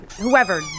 Whoever